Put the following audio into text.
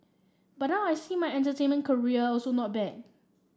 but now I see my entertainment career also not bad